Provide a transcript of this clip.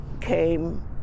came